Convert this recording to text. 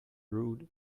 rude